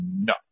no